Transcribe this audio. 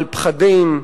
על פחדים,